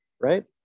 right